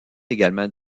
également